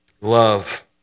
love